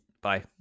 Bye